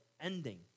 ending